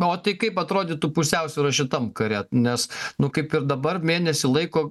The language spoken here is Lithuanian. o tai kaip atrodytų pusiausvyra šitam kare nes nu kaip ir dabar mėnesį laiko